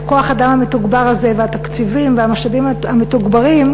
על כוח-האדם המתוגבר הזה והתקציבים והמשאבים המתוגברים,